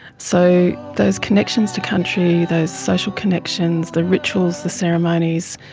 so those connections to country, those social connections, the rituals, the ceremonies,